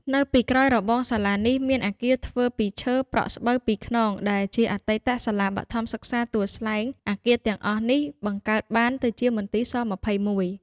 នៅពីក្រោយរបងសាលានេះ មានអគារធ្វើពីឈើប្រក់ស្បូវពីរខ្នង ដែលជា អតីតសាលាបឋមសិក្សាទួលស្លែង អគារទាំងអស់ នេះបង្កើតបានទៅជាមន្ទីរស-២១ ។